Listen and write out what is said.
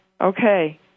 Okay